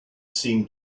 seemed